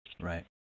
Right